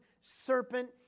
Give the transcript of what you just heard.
serpent